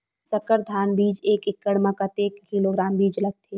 संकर धान बीज एक एकड़ म कतेक किलोग्राम बीज लगथे?